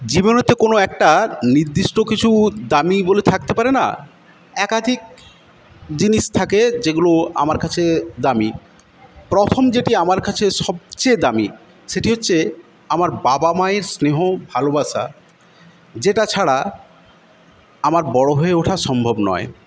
জীবনে তো কোনো একটা নির্দিষ্ট কিছু দামি বলে থাকতে পারে না একাধিক জিনিস থাকে যেগুলো আমার কাছে দামি প্রথম যেটি আমার কাছে সবচেয়ে দামি সেটি হচ্ছে আমার বাবা মায়ের স্নেহ ভালোবাসা যেটা ছাড়া আমার বড় হয়ে ওঠা সম্ভব নয়